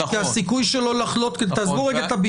כי הסיכוי שלו לחלות קטן יותר.